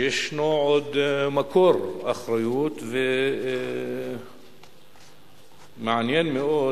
שיש עוד מקור אחריות, ומעניין מאוד